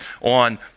on